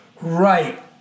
Right